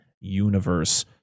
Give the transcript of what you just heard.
universe